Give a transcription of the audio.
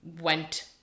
went